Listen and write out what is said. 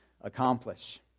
accomplish